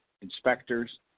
inspectors